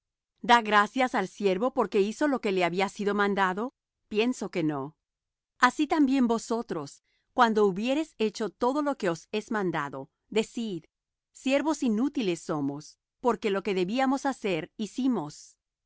da gracias al siervo porque hizo lo que le había sido mandado pienso que no así también vosotros cuando hubiereis hecho todo lo que os es mandado decid siervos inútiles somos porque lo que debíamos hacer hicimos